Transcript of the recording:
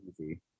easy